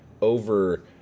over